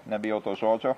nebijau to žodžio